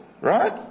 right